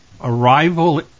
Arrival